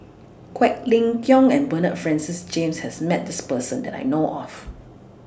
Quek Ling Kiong and Bernard Francis James has Met This Person that I know of